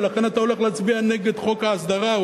ולכן אתה הולך להצביע נגד חוק ההסדרה,